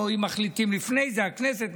או אם הכנסת מחליטה,